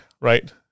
Right